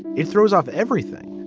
it throws off everything.